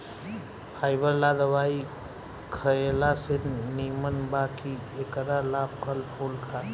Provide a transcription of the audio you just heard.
fibre ला दवाई खएला से निमन बा कि एकरा ला फल फूल खा